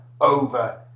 over